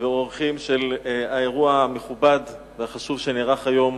ואורחים של האירוע המכובד והחשוב שנערך היום